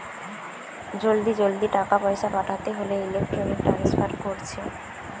জলদি জলদি টাকা পয়সা পাঠাতে হোলে ইলেক্ট্রনিক ট্রান্সফার কোরছে